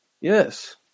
Yes